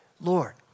Lord